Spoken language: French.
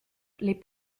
les